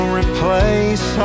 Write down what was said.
replace